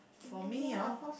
for me orh